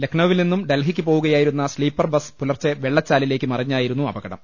ലക്നൌവിൽ നിന്നും ഡൽഹിക്ക് പോവുകയായിരുന്ന സ്ത്രീപ്പർ ബസ് പൂലർച്ചെ വെള്ളച്ചാലിലേക്ക് മറിഞ്ഞായിരുന്നു അപകടം